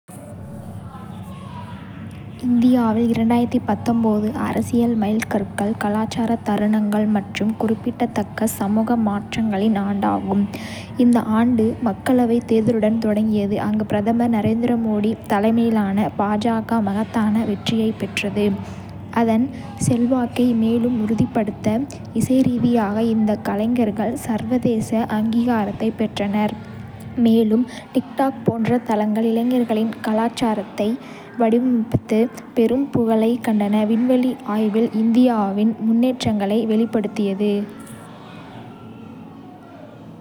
இந்தியாவில், அரசியல் மைல்கற்கள், கலாச்சார தருணங்கள் மற்றும் குறிப்பிடத்தக்க சமூக மாற்றங்களின் ஆண்டாகும். இந்த ஆண்டு மக்களவைத் தேர்தலுடன் தொடங்கியது, அங்கு பிரதமர் நரேந்திர மோடி தலைமையிலான பாஜக மகத்தான வெற்றியைப் பெற்றது, அதன் செல்வாக்கை மேலும் உறுதிப்படுத்த இசை ரீதியாக. இந்திய கலைஞர்கள் சர்வதேச அங்கீகாரத்தைப் பெற்றனர், மேலும் TikTok போன்ற தளங்கள் இளைஞர்களின் கலாச்சாரத்தை வடிவமைத்து பெரும் புகழைக் கண்டன. விண்வெளி ஆய்வில் இந்தியாவின் முன்னேற்றங்களை வெளிப்படுத்தியது.